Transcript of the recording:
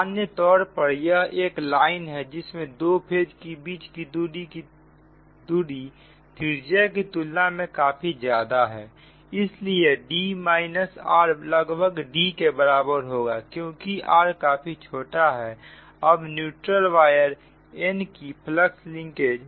सामान्य तौर पर यह एक लाइन है जिसमें दो फेज के बीच की दूरी त्रिज्या की तुलना में काफी ज्यादा है इसलिए D r लगभग D के बराबर है क्योंकि r काफी छोटा है अब न्यूट्रल वायर n की फ्लक्स लिंकेज